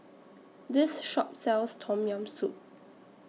This Shop sells Tom Yam Soup